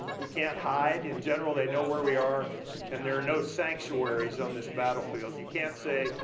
we can't hide, in general they know where we are and there are no sanctuaries on this battlefield. you can't say,